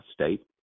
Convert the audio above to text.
state